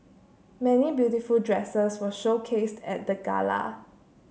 many beautiful dresses were showcased at the gala